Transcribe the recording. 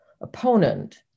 opponent